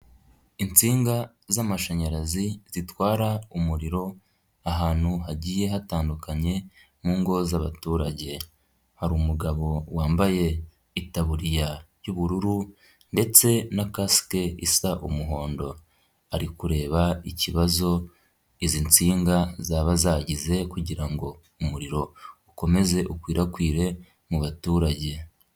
Insinga z'amashanyarazi zitwara umuriro ahantu hagiye hatandukanye mu ngo z'abaturage, hari umugabo wambaye itaburiya y'ubururu ndetse na casike isa umuhondo, ari kureba ikibazo izi nsinga zaba zagize kugira ngo umuriro ukomeze ukwirakwire mu baturage.